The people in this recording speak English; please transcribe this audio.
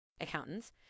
Accountants